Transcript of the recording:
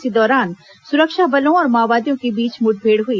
इसी दौरान सुरक्षा बलों और माओवादियों के बीच मुठभेड़ हुई